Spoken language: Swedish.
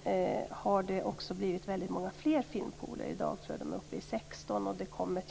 Det har också blivit väldigt många fler filmpooler i dag. Jag tror att antalet är uppe i 16, och det kommer hela